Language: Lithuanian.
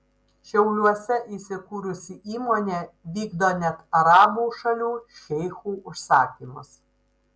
šiauliuose įsikūrusi įmonė vykdo net arabų šalių šeichų užsakymus